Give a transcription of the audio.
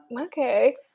Okay